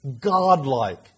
Godlike